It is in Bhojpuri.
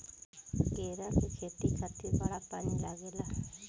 केरा के खेती खातिर बड़ा पानी लागेला